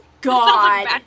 God